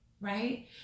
right